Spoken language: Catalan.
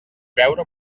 veure